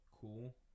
cool